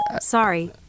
Sorry